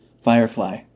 Firefly